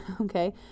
Okay